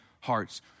hearts